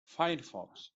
firefox